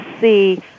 see